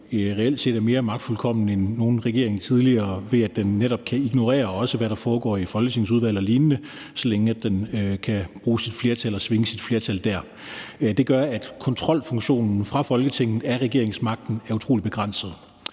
reelt set er mere magtfuldkommen end nogen regering tidligere, ved at den netop kan ignorere, også hvad der foregår i folketingsudvalg og lignende, så længe den kan bruge sit flertal og svinge sit flertal der. Det gør, at kontrolfunktionen fra Folketinget af regeringsmagten er utrolig begrænset.